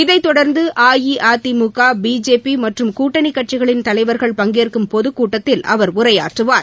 இதைத்தொடர்ந்து அஇஅதிமுக பிஜேபி மற்றும் கூட்டணி கட்சிகளின் தலைவர்கள் பங்கேற்கும் பொதுக்கூட்டத்தில் அவர் உரையாற்றுவார்